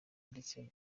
ndetse